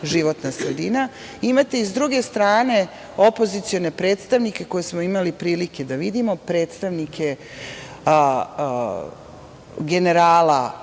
životna sredina. Imate i s druge strane opozicione predstavnike ,koje smo imali prilike da vidimo, predstavnike generala